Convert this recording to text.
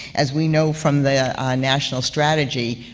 as we know from the national strategy,